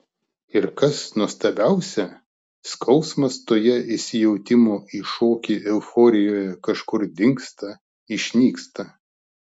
ir kas nuostabiausia skausmas toje įsijautimo į šokį euforijoje kažkur dingsta išnyksta